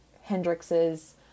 Hendrix's